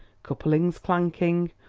couplings clanking,